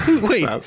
Wait